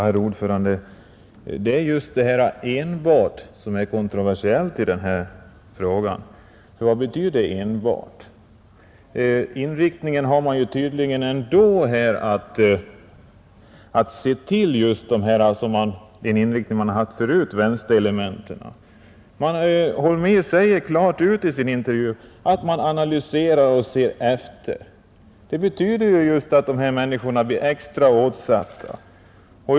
Herr talman! Det är just ordet ”enbart” i kungörelsen som är kontroversiellt i denna fråga. Vad betyder det ordet i detta sammanhang? Man har tydligen kvar samma inriktning som tidigare, nämligen att se till vänsterelementen. I en intervju sade chefen för säkerhetspolisen Holmér klart ut att man analyserar och ser efter. Det betyder just att man sätter åt dessa människor.